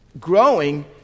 Growing